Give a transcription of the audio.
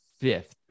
fifth